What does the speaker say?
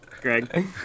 Greg